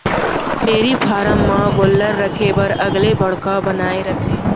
dairy farm म गोल्लर राखे बर अलगे बाड़ा बनाए रथें